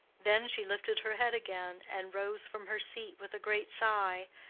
then she lifted her head again and rose from her seat with a great sigh,